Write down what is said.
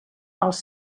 als